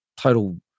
total